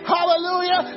Hallelujah